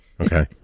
Okay